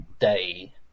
day